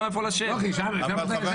לא, כי ישבת שם תמיד.